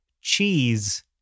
cheese